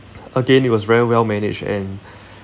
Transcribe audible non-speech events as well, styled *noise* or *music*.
again it was very well-managed and *breath*